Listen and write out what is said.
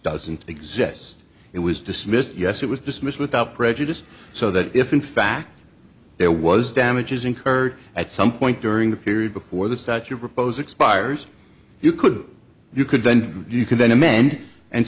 doesn't exist it was dismissed yes it was dismissed without prejudice so that if in fact there was damages incurred at some point during the period before this that you propose expires you could you could then you can then amend and